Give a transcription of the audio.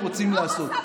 שהם רוצים לעשות.